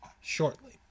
shortly